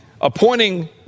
appointing